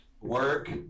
work